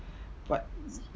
but